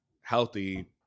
healthy